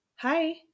Hi